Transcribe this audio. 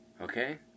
Okay